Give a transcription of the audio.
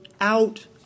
out